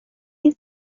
این